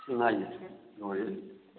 ꯂꯣꯏꯔꯦ